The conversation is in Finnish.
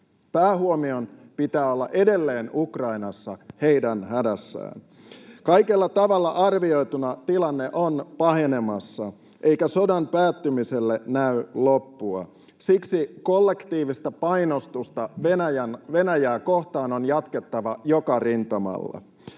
Päähuomion pitää olla edelleen Ukrainassa, heidän hädässään. Kaikella tavalla arvioituna tilanne on pahenemassa, eikä sodan päättymiselle näy loppua. Siksi kollektiivista painostusta Venäjää kohtaan on jatkettava joka rintamalla.